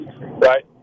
Right